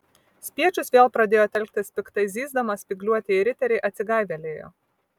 spiečius vėl pradėjo telktis piktai zyzdamas spygliuotieji riteriai atsigaivelėjo